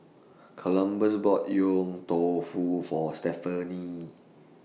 Columbus bought Yong Tau Foo For Stephany